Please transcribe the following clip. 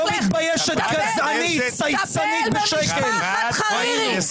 לך טפל במשפחת חרירי.